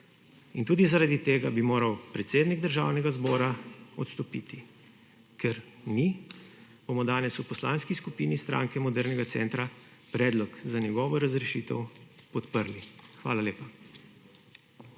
In tudi zaradi tega bi moral predsednik državnega zbora odstopiti, ker mi bomo danes v poslanski skupini Stranke modernega centra predlog za njegovo razrešitev podprli. Hvala lepa.